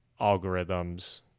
algorithms